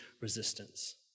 resistance